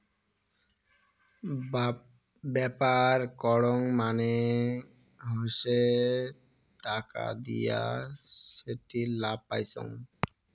ব্যাপার করং মানে হসে টাকা দিয়া সেটির লাভ পাইচুঙ